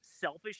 selfish